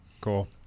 Cool